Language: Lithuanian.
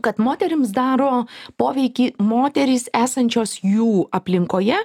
kad moterims daro poveikį moterys esančios jų aplinkoje